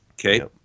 Okay